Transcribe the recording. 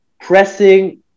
pressing